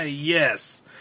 yes